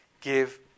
give